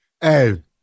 Hey